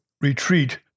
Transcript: retreat